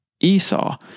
Esau